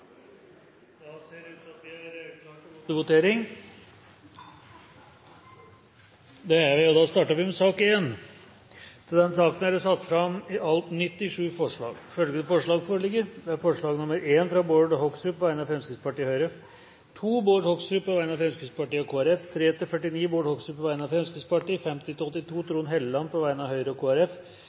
Da er Stortinget klar til å gå til votering over sakene på dagens kart. Under debatten er det satt fram 97 forslag. Det er forslag nr. 1, fra Bård Hoksrud på vegne av Fremskrittspartiet og Høyre forslag nr. 2, fra Bård Hoksrud på vegne av Fremskrittspartiet og Kristelig Folkeparti forslagene nr. 3–49, fra Bård Hoksrud på vegne av Fremskrittspartiet forslagene nr. 50–82, fra Trond Helleland på vegne av Høyre og